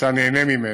ואתה נהנה ממנו.